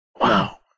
Wow